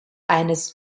eines